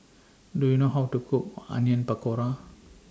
Do YOU know How to Cook Onion Pakora